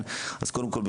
קודם כול,